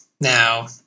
now